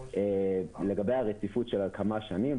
לגבי הרציפות של כמה שנים.